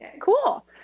Cool